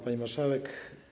Pani Marszałek!